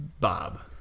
Bob